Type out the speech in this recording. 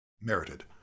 merited